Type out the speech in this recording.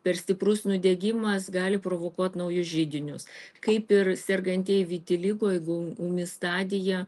per stiprus nudegimas gali provokuot naujus židinius kaip ir sergantieji vitiligo jeigu ūmi stadija